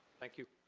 thank you.